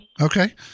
Okay